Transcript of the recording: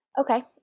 Okay